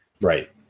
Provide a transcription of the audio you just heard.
Right